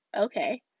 Okay